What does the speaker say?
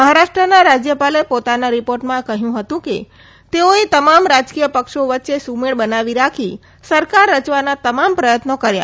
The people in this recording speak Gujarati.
મહારાષ્ટ્રના રાજ્યપાલે પોતાના રિપોર્ટમાં કહ્યું હતું કે તેઓએ તમામ રાજકીય પક્ષો વચ્ચે સુમેળ બનાવી રાખી સરકાર રચવાના તમામ પ્રથત્નો કર્યા